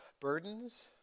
burdens